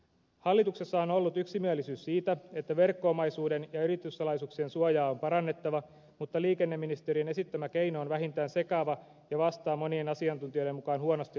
hallituksessa on ollut yksimielisyys siitä että verkko omaisuuden ja yrityssalaisuuksien suojaa on parannettava mutta liikenneministeriön esittämä keino on vähintään sekava ja vastaa monien asiantuntijoiden mukaan huonosti lain tarkoitukseen